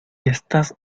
estás